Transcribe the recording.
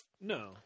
No